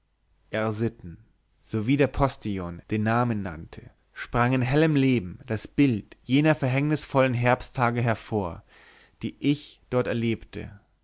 r sitten sowie der postillon den namen nannte sprang in hellem leben das bild jener verhängnisvollen herbsttage hervor die ich dort erlebte